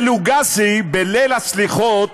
ולוגאסי, בליל הסליחות,